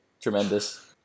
tremendous